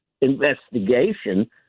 investigation